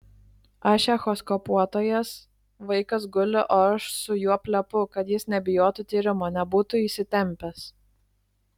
aš echoskopuotojas vaikas guli o aš su juo plepu kad jis nebijotų tyrimo nebūtų įsitempęs